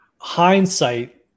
hindsight